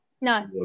No